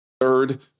third